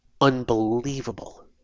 Unbelievable